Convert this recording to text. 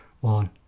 one